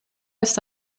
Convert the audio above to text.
ist